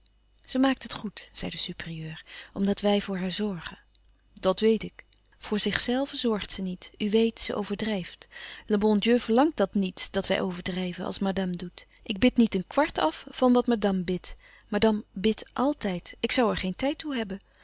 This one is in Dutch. ze maakt het goed zei de supérieure omdat wij voor haar zorgen dat weet ik voor zichzelve zorgt ze niet u weet ze overdrijft le bon dieu verlangt dat niet dat wij overdrijven als madame doet ik bid niet een kwart af van wat madame bidt madame bidt àltijd ik zoû er geen tijd toe hebben